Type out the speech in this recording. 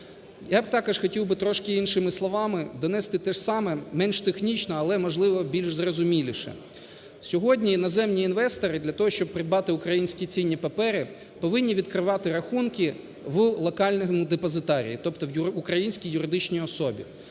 Я б також хотів би трошки іншими словами донести те ж саме, менш технічно, але, можливо, більш зрозуміліше. Сьогодні іноземні інвестори для того, щоб придбати українські цінні папери, повинні відкривати рахунки в локальному депозитарії, тобто українській юридичній особі.